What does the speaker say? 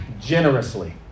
generously